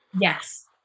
yes